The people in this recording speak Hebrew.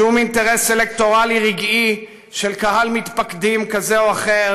שום אינטרס אלקטורלי רגעי של קהל מתפקדים כזה או אחר